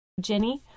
Jenny